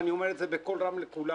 ואני אומר את זה בקול רם לכולם